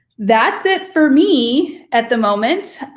that's it for me at the moment.